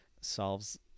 solves